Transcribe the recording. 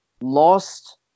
lost